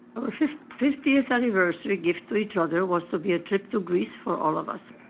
our fiftieth anniversary gift to each other was to be a trip to greece for all of us,